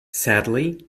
sadly